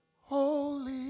holy